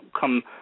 come